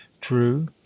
True